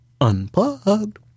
unplugged